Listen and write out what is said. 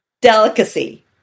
delicacy